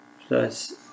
Plus